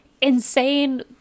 insane